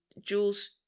Jules